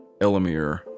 Elamir